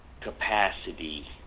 capacity